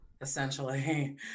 essentially